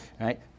right